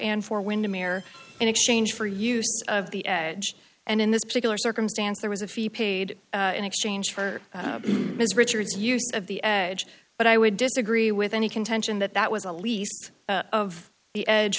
and for windham air in exchange for use of the edge and in this particular circumstance there was a fee paid in exchange for ms richards use of the edge but i would disagree with any contention that that was the least of the edge